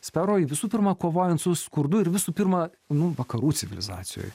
sferoj visų pirma kovojant su skurdu ir visų pirma nu vakarų civilizacijoj